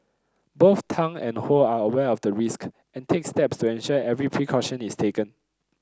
both Tang and Ho are aware of the risk and take steps to ensure every precaution is taken